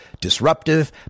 disruptive